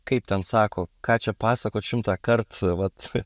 kaip ten sako ką čia pasakot šimtąkart vat